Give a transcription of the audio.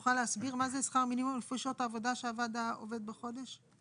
פנסיה פיצויים זה, מפנים לפי סעיף 9(ב)(1)(ב)